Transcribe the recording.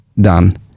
done